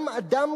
גם אדם,